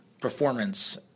performance